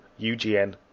UGN